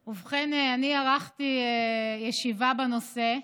ובכן, ערכתי ישיבה בנושא,